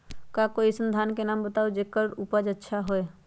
का कोई अइसन धान के नाम बताएब जेकर उपज अच्छा से होय?